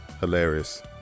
Hilarious